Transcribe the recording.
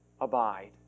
abide